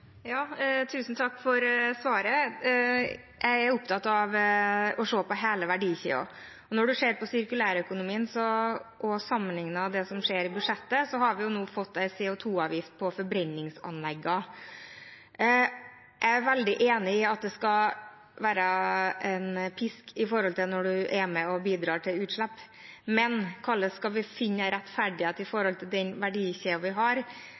Tusen takk for svaret. Jeg er opptatt av å se på hele verdikjeden. Når man ser på sirkulærøkonomien og sammenlikner det med det som skjer i budsjettet, har vi nå fått en CO 2 -avgift på forbrenningsanleggene. Jeg er veldig enig i at det skal være en pisk når man er med og bidrar til utslipp. Men hvordan skal vi finne rettferdighet i forhold til den verdikjeden vi har?